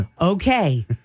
Okay